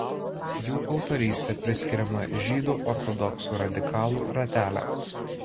jų autorystė priskiriama žydų ortodoksų radikalų rateliams